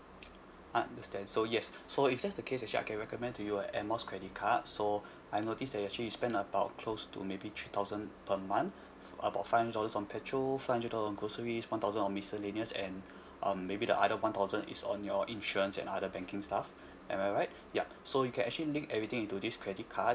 understand so yes so if that's the case actually I can recommend to you a air miles credit card so I notice that you actually spend about close to maybe three thousand per month about five hundred dollars on petrol five hundred dollars on groceries one thousand on miscellaneous and um maybe the other one thousand is on your insurance and other banking stuff am I right yup so you can actually link everything into this credit card